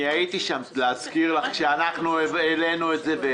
הייתי שם, להזכיר לך, כשהעלינו את זה.